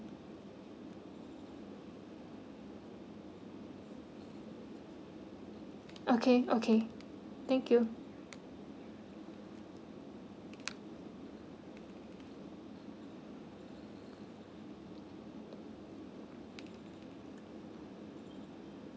okay okay thank you